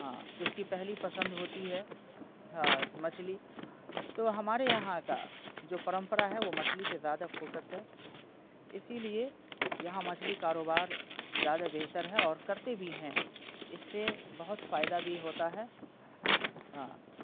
ہاں اس کی پہلی پسند ہوتی ہے ہاں مچھلی تو ہمارے یہاں کا جو پرمپرا ہے وہ مچھلی پہ زیادہ فوکس ہے اسی لیے یہاں مچھلی کاروبار زیادہ بہتر ہے اور کرتے بھی ہیں اس سے بہت فائدہ بھی ہوتا ہے ہاں